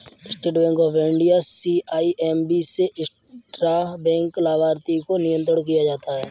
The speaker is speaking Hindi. state bank of India CIMB से इंट्रा बैंक लाभार्थी को नियंत्रण किया जाता है